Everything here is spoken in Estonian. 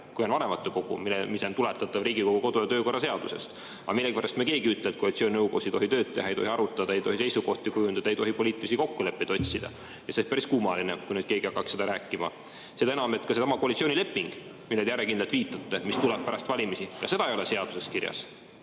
kui on vanematekogu, mis on tuletatav Riigikogu kodu- ja töökorra seadusest. Aga millegipärast me keegi ei ütle, et koalitsiooninõukogus ei tohi tööd teha, ei tohi arutada, ei tohi seisukohti kujundada, ei tohi poliitilisi kokkuleppeid otsida. See oleks päris kummaline, kui nüüd keegi hakkaks seda rääkima. Seda enam, et seesama koalitsioonileping, millele te järjekindlalt viitate, mis tuli pärast valimisi – ka seda ei ole seaduses kirjas.